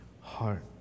heart